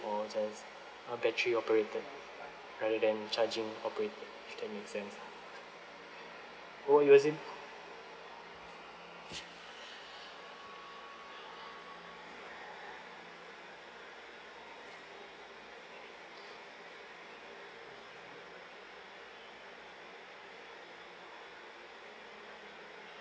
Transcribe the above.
or just uh battery operated rather than charging operated if that make sense oh you the same